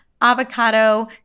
avocado